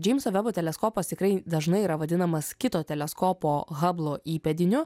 džeimso vebo teleskopas tikrai dažnai yra vadinamas kito teleskopo hablo įpėdiniu